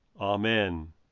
Amen